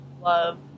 love